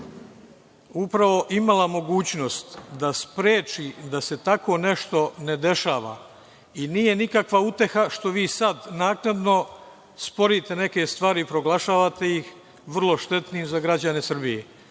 upravo imala mogućnost da spreči da se tako nešto ne dešava i nije nikakva uteha što vi sad naknadno sporite neke stvari, proglašavate ih vrlo štetnim za građane Srbije,